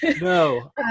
No